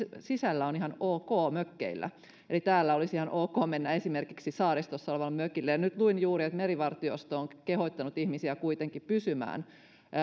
sisällä on ihan ok mökkeillä eli täällä olisi ihan ok mennä esimerkiksi saaristossa olevalle mökille nyt luin juuri että merivartiosto on kehottanut ihmisiä kuitenkin pysymään